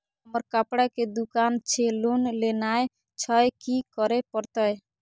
हमर कपड़ा के दुकान छे लोन लेनाय छै की करे परतै?